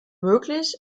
möglich